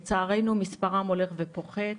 לצערנו מספרם הולך ופוחת.